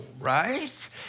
right